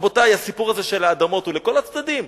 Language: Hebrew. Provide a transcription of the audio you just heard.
רבותי, הסיפור הזה של האדמות הוא לכל הצדדים.